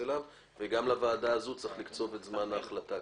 גם לוועדה הזאת צריך לקצוב את זמן ההחלטה.